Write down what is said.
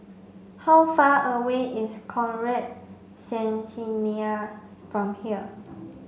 how far away is Conrad Centennial from here